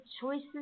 choices